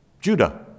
Judah